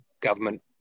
government